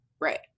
Right